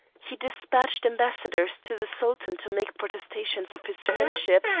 he despatched ambassadors to the sultan to make protestations of his friendship,